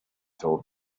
told